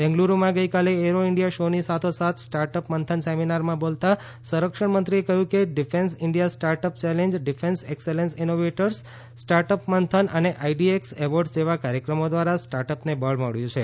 બેંગલુડુમાં ગઇકાલે Aero India શોની સાથોસાથ સ્ટાર્ટ અપ મંથન સેમિનારમાં બોલતાં સંરક્ષણમંત્રીએ કહ્યું કે defence India startup challenge defence excellence innovators startup Manthan અને આઈડીએક્સ એવોર્ડ જેવા કાર્યક્રમો દ્વારા સ્ટાર્ટ અપને બળ મબ્યું છે